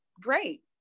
great